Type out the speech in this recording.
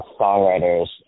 songwriters